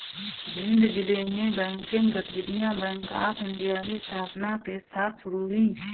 भिंड जिले में बैंकिंग गतिविधियां बैंक ऑफ़ इंडिया की स्थापना के साथ शुरू हुई